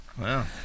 Wow